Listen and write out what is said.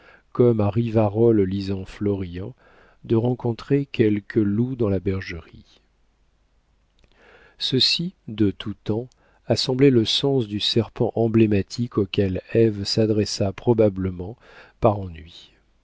comme à rivarol lisant florian de rencontrer quelque loup dans la bergerie ceci de tout temps a semblé le sens du serpent emblématique auquel ève s'adressa probablement par ennui